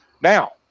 now